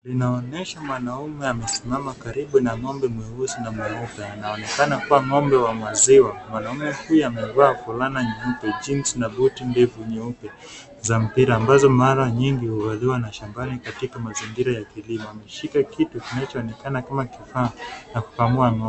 Linaonyesha mwanaume amesimama karibu na ng'ombe mweusi na mweupe. Anaonekana kuwa ng'ombe wa maziwa. Mwanaume pia amevaa fulana nyeupe, jeans na buti ndefu nyeupe za mpira, ambazo mara nyingi huvaliwa mashambani katika mazingira ya kilimo. Ameshika kitu kilichoonekana kama kifaa cha kukamua ng'ombe.